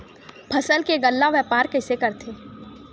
फसल के गल्ला व्यापार कइसे करथे?